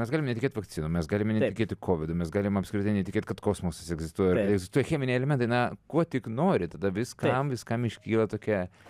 mes galime netikėt vakcinomis galima netikėti kovidu galime apskritai netikėt kad kosmosas egzistuoja tuoj cheminiai elementai kuo tik nori tada viskam viskam iškyla tokia